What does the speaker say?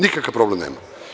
Nikakvih problema nema.